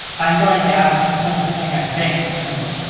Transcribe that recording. i'm going to ask a simple thing. i think it's simple.